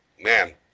man